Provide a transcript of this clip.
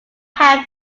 ham